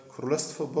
Królestwo